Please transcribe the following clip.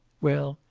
well,